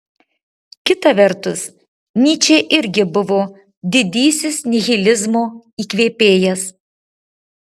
kita vertus nyčė irgi buvo didysis nihilizmo įkvėpėjas